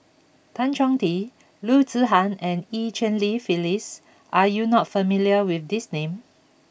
Tan Chong Tee Loo Zihan and Eu Cheng Li Phyllis are you not familiar with these names